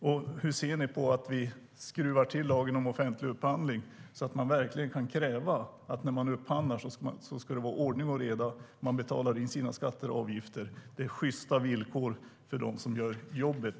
Och hur ser ni på att vi skruvar till lagen om offentlig upphandling så att man när man upphandlar verkligen kan kräva att ska det vara ordning och reda, att skatter och avgifter betalas in och att det är sjysta villkor för dem som gör jobbet?